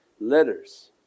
letters